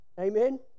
Amen